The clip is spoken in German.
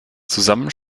zusammen